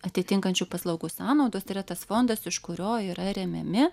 atitinkančių paslaugų sąnaudos tai yra tas fondas iš kurio yra remiami